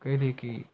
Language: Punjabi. ਕਹਿ ਦੀਏ ਕਿ